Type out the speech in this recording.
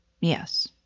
Yes